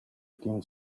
эдийн